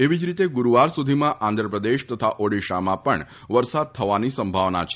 એવી જ રીતે ગુરૂવાર સુધીમાં આંધ્રપ્રદેશ તથા ઓડીશામાં પણ વરસાદ થવાની સંભાવના છે